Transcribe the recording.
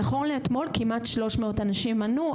נכון לאתמול כמעט 300 אנשים ענו.